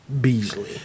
Beasley